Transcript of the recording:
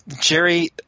Jerry